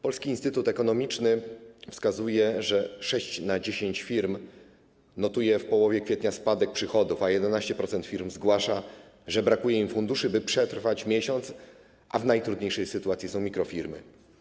Polski Instytut Ekonomiczny wskazuje, że sześć na dziesięć firm notuje w połowie kwietnia spadek przychodów, a 11% firm zgłasza, że brakuje im funduszy, by przetrwać miesiąc, a w najtrudniejszej sytuacji są mikrofirmy.